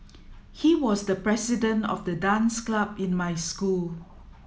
he was the president of the dance club in my school